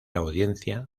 audiencia